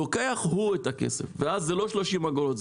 לוקח הוא את הכסף ואז זה לא 30 אגורות,